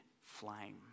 flame